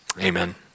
amen